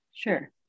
Sure